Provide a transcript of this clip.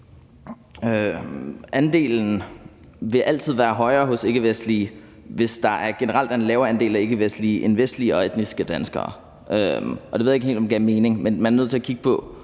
Andelen vil altid være højere hos ikkevestlige, hvis der generelt er en lavere andel af ikkevestlige end vestlige og etniske danskere. Det ved jeg ikke helt om gav mening. Men man er nødt til at kigge på,